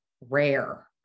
rare